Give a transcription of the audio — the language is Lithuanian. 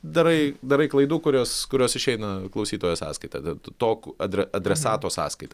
darai darai klaidų kurios kurios išeina klausytojo sąskaita to adre adresato sąskaita